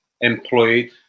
employed